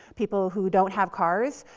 people who don't have cars,